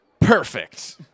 Perfect